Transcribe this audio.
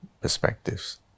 perspectives